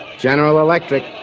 general electric,